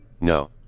No